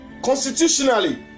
Constitutionally